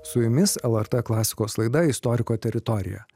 su jumis lrt klasikos laida istoriko teritorija